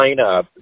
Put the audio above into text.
lineup